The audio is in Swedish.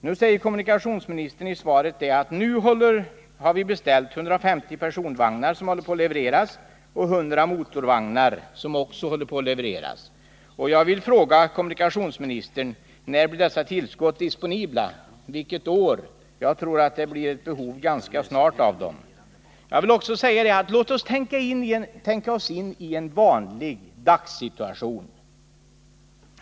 Nu säger kommunikationsministern i svaret att SJ beställt 150 personvagnar och 100 motorvagnar, som håller på att levereras. Jag vill fråga kommunikationsministern: När blir dessa tillskott disponibla? Vilket år? Jag tror att vi ganska snart kommer att ha behov av dessa vagnar. Låt oss tänka oss in i en vanlig situation.